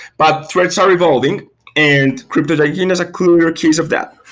but threats are evolving and cryptojacking is a clear case of that.